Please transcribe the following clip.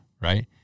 Right